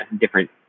different